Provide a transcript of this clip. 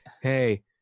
Hey